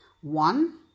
One